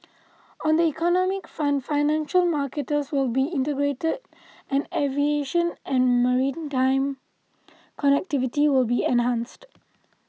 on the economic front financial markets will be integrated and aviation and maritime connectivity will be enhanced